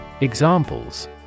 Examples